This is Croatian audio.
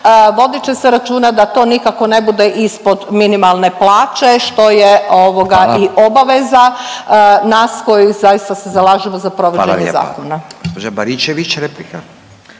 Vodit će se računa da to nikako ne bude ispod minimalne plaće, što je ovoga, i obaveza … .../Upadica: Hvala./... … nas koji zaista se zalažemo za provođenje zakona.